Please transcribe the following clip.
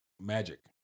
magic